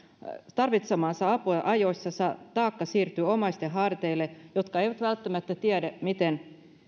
tarvitsemaansa apua ajoissa se taakka siirtyy omaisten harteille jotka eivät välttämättä tiedä miten